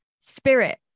spirit